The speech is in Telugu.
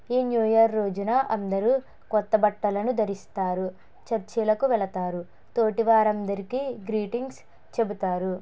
ఈ న్యూ ఇయర్ రోజున అందరూ కొత్త బట్టలను ధరిస్తారు చర్చిలకు వెళతారు తోటి వారందరికీ గ్రీటింగ్స్ చెబుతారు